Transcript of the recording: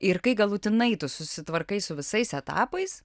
ir kai galutinai tu susitvarkai su visais etapais